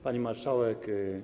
Pani Marszałek!